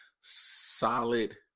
solid